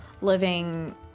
living